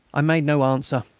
i made no answer.